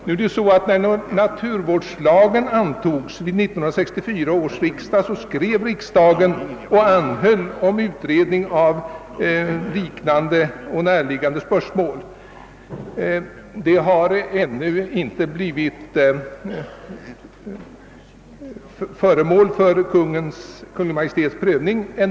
När naturvårdslagen antogs vid 1964 års riksdag, anhöll riksdagen hos Kungl. Maj:t om utredning av liknande och närliggande spörsmål. Den skrivelsen har ännu inte blivit föremål för Kungl. Maj:ts prövning.